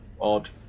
odd